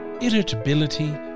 irritability